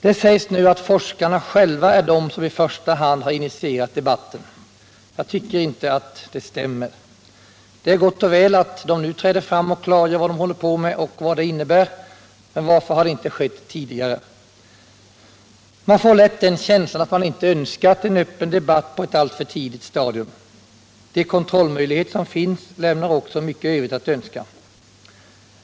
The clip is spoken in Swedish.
Det sägs nu att forskarna själva är de som i första hand har initierat debatten. Jag tycker inte att det stämmer. Det är gott och väl att de nu träder fram och klargör vad de håller på med och vad det innebär, men varför har det inte skett tidigare? Man får lätt den känslan att man inte önskat en öppen debatt på ett alltför tidigt stadium. De kontrollmöjligheter som finns lämnar också mycket övrigt att önska.